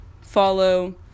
follow